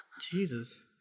Jesus